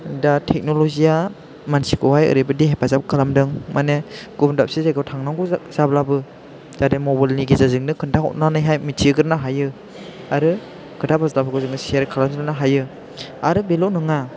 दा टेक्नलजिया मानसिखौहाय ओरैबायदि हेफाजाब खालामदों माने गुबुन दाबसे जायगायाव थांनांगौ जा जाब्लाबो मबाइलनि गेजेरजोंनो खिन्था हरनानैहाय मिथि होग्रोनो हायो आरो खोथा बाथ्राफोरखौ जोङो सेयार खालामजोबनो हायो आरो बेल' नङा